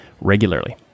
regularly